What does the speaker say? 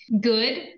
good